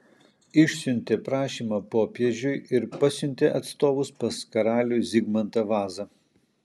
išsiuntė prašymą popiežiui ir pasiuntė atstovus pas karalių zigmantą vazą